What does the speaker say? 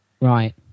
right